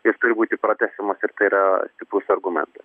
jos turi būti pratęsiamos ir tai yra stiprus argumentas